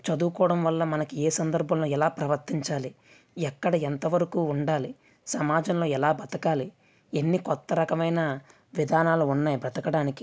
చదువుకోవడం వల్ల మనకి ఏ సందర్భంలో ఎలా ప్రవర్తించాలి ఎక్కడ ఎంతవరకు ఉండాలి సమాజంలో ఎలా బతకాలి ఎన్ని కొత్త రకమైన విధానాలు ఉన్నాయి బతకడానికి